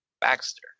Baxter